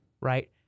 right